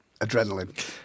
Adrenaline